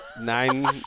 Nine